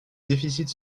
déficit